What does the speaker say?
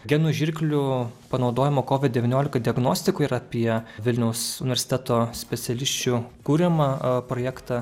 genų žirklių panaudojimo kovid devyniolika diagnostikoj ir apie vilniaus universiteto specialisčių kuriamą projektą